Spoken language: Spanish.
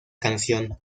canción